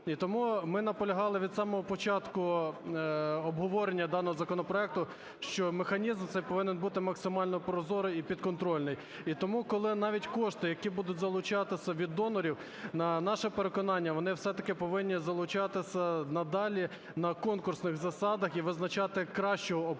І тому ми наполягали від самого початку обговорення даного законопроекту, що механізм цей повинен бути максимально прозорий і підконтрольний. І тому, коли навіть кошти, які будуть залучатися від донорів, на наше переконання, вони все-таки повинні залучатися надалі на конкурсних засадах і визначати кращого